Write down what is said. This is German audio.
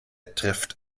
trifft